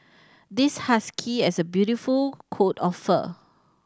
this husky as a beautiful coat of fur